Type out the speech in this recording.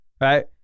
right